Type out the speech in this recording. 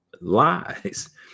lies